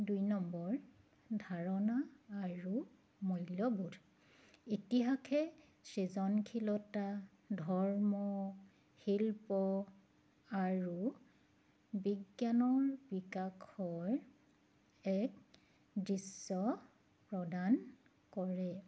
দুই নম্বৰ ধাৰণা আৰু মূল্যবোধ ইতিহাসে সৃজনশীলতা ধৰ্ম শিল্প আৰু বিজ্ঞানৰ বিকাশৰ এক দৃশ্য প্ৰদান কৰে